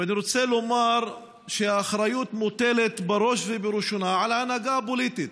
ואני רוצה לומר שהאחריות מוטלת בראש ובראשונה על ההנהגה הפוליטית.